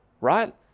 right